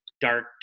dark